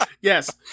yes